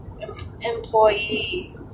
employee